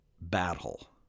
battle